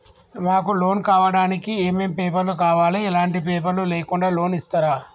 మాకు లోన్ కావడానికి ఏమేం పేపర్లు కావాలి ఎలాంటి పేపర్లు లేకుండా లోన్ ఇస్తరా?